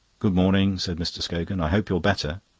good-morning, said mr. scogan. i hope you're better.